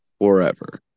forever